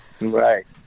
Right